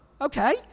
okay